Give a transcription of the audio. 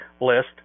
list